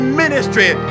ministry